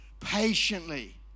patiently